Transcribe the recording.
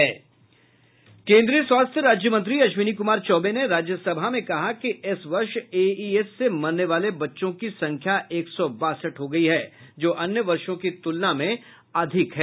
केन्द्रीय स्वास्थ्य राज्य मंत्री अश्विनी कुमार चौबे ने राज्यसभा में कहा कि इस वर्ष एईएस से मरने वाले बच्चों की संख्या एक सौ बासठ हो गयी है जो अन्य वर्षों की तुलना में अधिक है